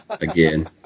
again